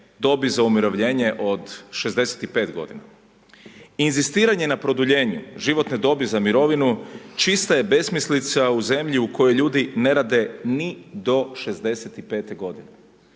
dobi za umirovljenje od 65 godina. Inzistiranje na produljenju životne dobi za mirovinu čista je besmislica u zemlji u kojoj ljudi ne rade ni do 65 godine.